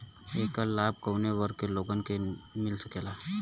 ऐकर लाभ काउने वर्ग के लोगन के मिल सकेला?